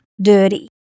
dirty